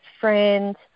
friends